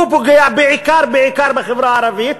הוא פוגע בעיקר, בעיקר בחברה הערבית,